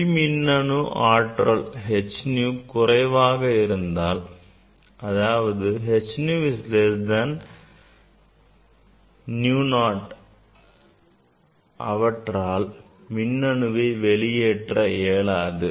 ஒளி மின்னணு ஆற்றல் h nu குறைவாக இருந்தால் அதாவது nu is less than nu 0 அவற்றால் மின்னணுவை வெளியேற்ற இயலாது